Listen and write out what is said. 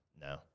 No